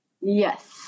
Yes